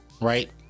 Right